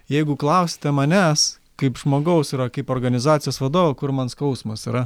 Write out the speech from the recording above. jeigu klausite manęs kaip žmogaus yra kaip organizacijos vadovo kur man skausmas yra